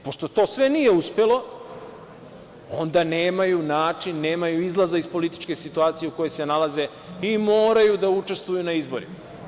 Pošto to sve nije uspelo, onda nemaju način, nemaju izlaza iz političke situacije u kojoj se nalaze i moraju da učestvuju na izborima.